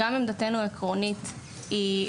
גם עמדתנו העקרונית היא,